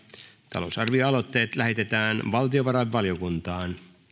talousarvioaloitteet lähetetään valtiovarainvaliokuntaan